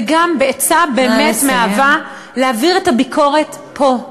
וגם עצה, באמת מאהבה, להעביר את הביקורת פה.